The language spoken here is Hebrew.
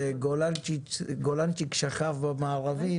כשגולנצ'יק שכב במארבים,